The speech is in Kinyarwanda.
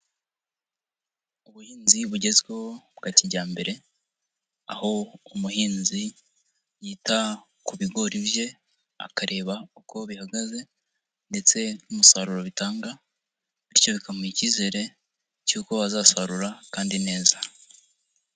Ubuhinzi bugezweho bwa kijyambere, aho umuhinzi yita ku bigori bye, akareba uko bihagaze ndetse n'umusaruro bitanga, bityo bikamuha icyizere cy'uko azasarura kandi neza.